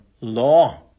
law